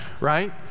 Right